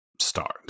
start